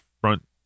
front